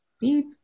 beep